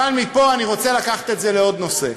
ומפה אני רוצה לקחת את זה לעוד נושא,